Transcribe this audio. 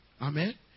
Amen